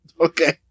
Okay